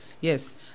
yes